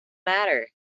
matter